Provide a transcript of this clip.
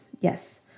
yes